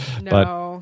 No